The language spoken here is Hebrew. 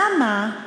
למה?